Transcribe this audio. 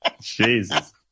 Jesus